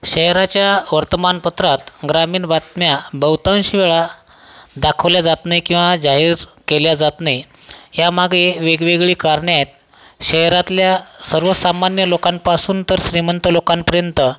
शहराच्या वर्तमानपत्रात ग्रामीण बातम्या बहुतांश वेळा दाखवल्या जात नाही किंवा जाहीर केल्या जात नाही ह्यामागे वेगवेगळी कारणे आहेत शहरातल्या सर्वसामान्य लोकांपासून तर श्रीमंत लोकांपर्यंत